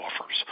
offers